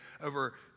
over